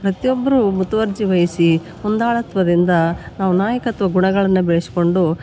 ಪ್ರತಿಯೊಬ್ಬರು ಮುತುವರ್ಜಿ ವಹಿಸಿ ಮುಂದಾಳತ್ವದಿಂದ ನಾವು ನಾಯಕತ್ವ ಗುಣಗಳನ್ನು ಬೆಳ್ಸ್ಕೊಂಡು